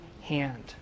hand